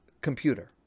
computer